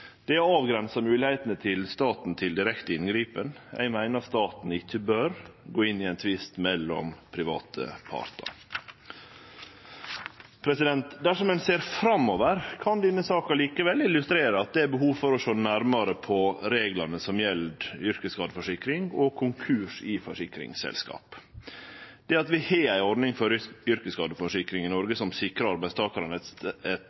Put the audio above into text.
Det avgrensar moglegheitene til staten til å gripe inn direkte. Eg meiner at staten ikkje bør gå inn i ein tvist mellom private partar. Dersom ein ser framover, kan denne saka likevel illustrere at det er behov for å sjå nærmare på reglane som gjeld yrkesskadeforsikring og konkurs i forsikringsselskap. Det at vi har ei ordning for yrkesskadeforsikring i